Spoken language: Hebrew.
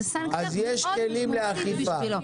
זו סנקציה מאוד משמעותית בשבילו.